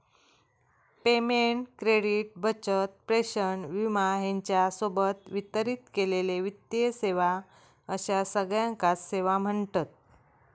payment, credit, बचत, प्रेषण, विमा ह्येच्या सोबत वितरित केलेले वित्तीय सेवा अश्या सगळ्याकांच सेवा म्ह्णतत